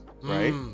right